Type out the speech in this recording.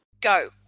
Go